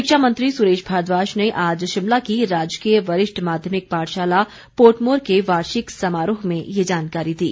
शिक्षामंत्री सुरेश भारद्वाज ने आज शिमला की राजकीय वरिष्ठ माध्यमिक पाठशाला पोर्टमोर के यार्षिक समारोह में ये जानकारी दी